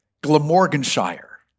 Glamorganshire